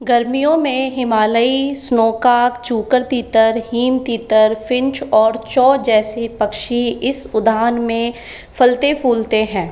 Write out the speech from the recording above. गर्मियों में हिमालयी स्नोकॉक चूकर तीतर हिम तीतर फ़िंच और चौ जैसे पक्षी इस उद्यान में फलते फूलते हैं